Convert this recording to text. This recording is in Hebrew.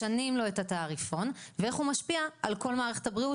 משנים לו את התעריפון ואיך הוא משפיע על כל מערכת הבריאות,